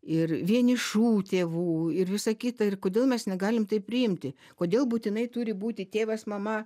ir vienišų tėvų ir visa kita ir kodėl mes negalim tai priimti kodėl būtinai turi būti tėvas mama